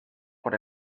por